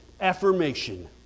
affirmation